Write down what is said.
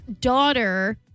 daughter